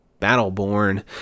Battleborn